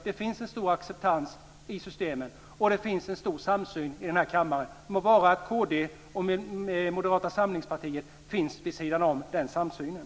Det finns en stor acceptans i systemen, och det finns en stor samsyn i kammaren. Det är bara kd och Moderata samlingspartiet som finns vid sidan om den samsynen.